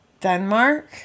Denmark